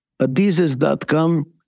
Adidas.com